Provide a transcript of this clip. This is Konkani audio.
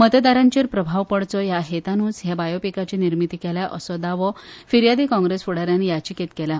मतदारांचेर प्रभाव पडचो ह्या हेतानुच हे बायोपिकाची निर्मीती केल्या असो दावो फिर्यादी काँग्रेस फुडाऱ्यान याचिकेंत केला